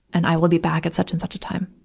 and i will be back at such and such a time.